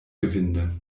gewinde